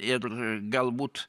ir galbūt